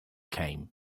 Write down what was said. came